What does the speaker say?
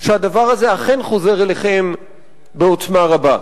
שהדבר הזה אכן חוזר אליכם בעוצמה רבה.